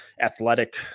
athletic